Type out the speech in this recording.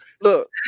look